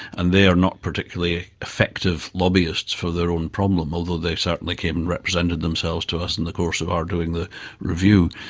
and they are not particularly effective lobbyists for their own problem, although they certainly came and represented themselves to us in the course of our doing the review.